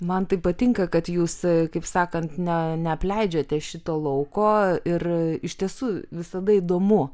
man tai patinka kad jūs kaip sakant ne neapleidžiate šito lauko ir iš tiesų visada įdomu